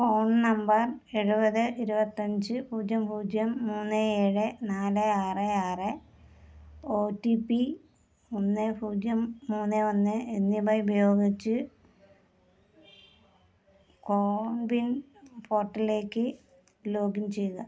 phone number ഏഴുപത് ഇരുപത്തഞ്ച് പൂജ്യം പൂജ്യം മൂന്ന് ഏഴ് നാല് ആറ് ആറ് ഒ ടി പി ഒന്ന് പൂജ്യം മൂന്ന് ഒന്ന് എന്നിവ ഉപയോഗിച്ച് കോവിൻ പോർട്ടലിലേക്ക് ലോഗിൻ ചെയ്യുക